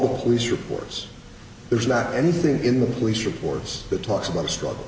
these reports there's not anything in the police reports that talks about a struggle